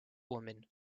woman